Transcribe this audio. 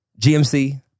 GMC